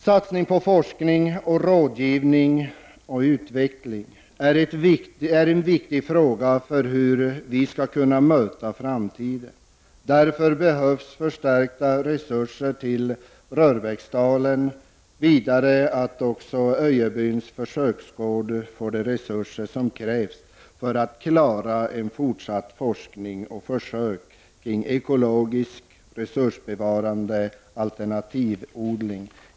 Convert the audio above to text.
Satsning på forskning och rådgivning samt utveckling är viktigt för framtiden. Därför behövs förstärkta resurser till Rörbäcksdalen. Vidare krävs att Öjebyns försöksgård får nödvändiga resurser för att klara fortsatt forskning och försök kring ekologisk och resursbevarande alternativodling.